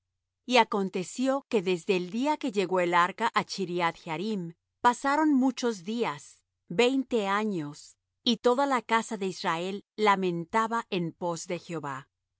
y aconteció que desde el día que llegó el arca á chriath jearim pasaron mucho días veinte años y toda la casa de israel lamentaba en pos de jehová